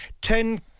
ten